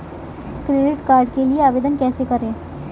Credit card के लिए आवेदन कैसे करें?